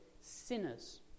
sinners